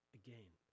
again